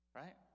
right